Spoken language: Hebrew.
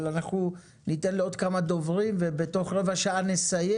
אבל אנחנו ניתן לעוד כמה דוברים ובתוך רבע שעה נסיים